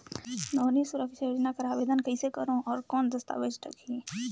नोनी सुरक्षा योजना कर आवेदन कइसे करो? और कौन दस्तावेज लगही?